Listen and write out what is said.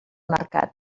mercat